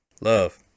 Love